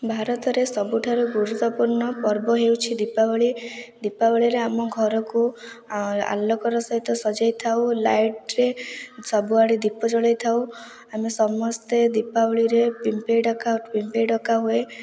ଭାରତରେ ସବୁଠାରୁ ଗୁରୁତ୍ୱପୂର୍ଣ୍ଣ ପର୍ବ ହେଉଛି ଦୀପାବଳି ଦୀପାବଳିରେ ଆମ ଘରକୁ ଆଲୋକର ସହିତ ସଜେଇ ଥାଉ ଲାଇଟ୍ରେ ସବୁଆଡ଼େ ଦୀପ ଜଳାଇଥାଉ ଆମେ ସମସ୍ତେ ଦୀପାବଳିରେ ପିମ୍ପେଇ ଡକା ପିମ୍ପେଇ ଡକା ହୁଏ